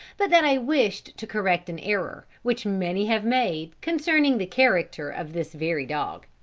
but that i wished to correct an error, which many have made, concerning the character of this very dog.